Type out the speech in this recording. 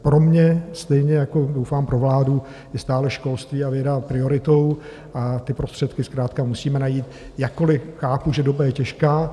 Pro mě, stejně jako doufám pro vládu, je stále školství a věda prioritou a ty prostředky zkrátka musíme najít, jakkoli chápu, že doba je těžká.